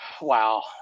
wow